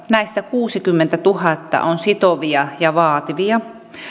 näistä kuusikymmentätuhatta on sitovia ja vaativia